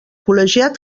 col·legiat